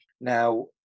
now